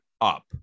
up